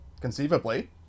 conceivably